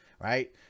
right